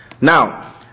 Now